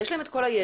יש להם את כל הידע,